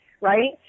right